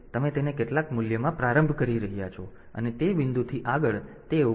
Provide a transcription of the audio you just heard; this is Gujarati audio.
તેથી તમે તેને કેટલાક મૂલ્યમાં પ્રારંભ કરી રહ્યાં છો અને તે બિંદુથી આગળ તે ઉપર જવાનું શરૂ કરશે